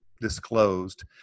disclosed